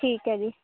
ਠੀਕ ਹੈ ਜੀ